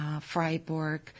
Freiburg